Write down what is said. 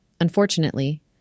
Unfortunately